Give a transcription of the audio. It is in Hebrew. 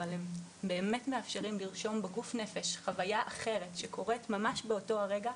אבל הם באמת מאפשרים לרשום בגוף נפש חוויה אחרת שקורית ממש באותו רגע,